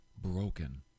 broken